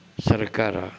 ಸರ್ಕಾರ